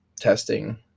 testing